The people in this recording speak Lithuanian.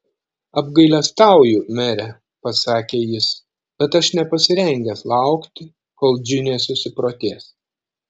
apgailestauju mere pasakė jis bet aš nepasirengęs laukti kol džinė susiprotės